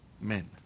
men